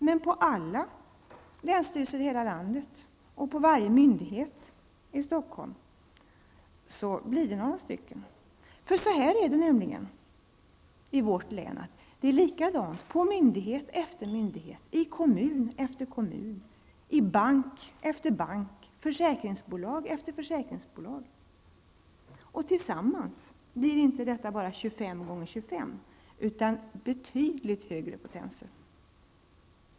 Men på alla länsstyrelser i hela landet och på varje myndighet i Stockholm blir det några stycken. I vårt län är det nämligen likadant på myndighet efter myndighet, i kommun efter kommun, i bank efter bank, försäkringbolag efter försäkringsbolag. Tillsammans blir detta inte bara 25 x 25, utan betydligt högre potenser.